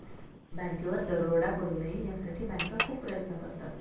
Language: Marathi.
बँकेवर दरोडा पडू नये यासाठी बँका खूप प्रयत्न करतात